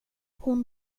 hon